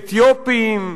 אתיופים,